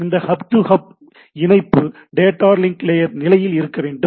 இந்த hub to hub இணைப்பு data link layer நிலையில் இருக்கவேண்டும்